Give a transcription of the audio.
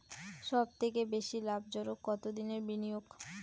সবথেকে বেশি লাভজনক কতদিনের বিনিয়োগ?